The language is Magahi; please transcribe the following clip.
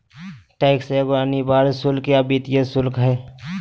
टैक्स एगो अनिवार्य शुल्क या वित्तीय शुल्क हइ